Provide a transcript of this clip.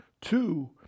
Two